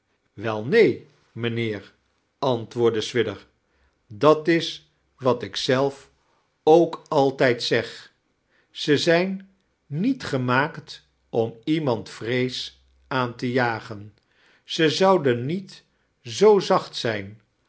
wel neen mijnlieer antwoordde kerstvert ellingen swidger dat is wat ik zelf ook altijd zeg ze zijn niet gemaakt om iemand vrees aain te jagen ze zouden niet zoo zacht zijn